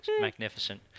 Magnificent